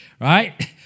Right